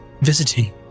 visiting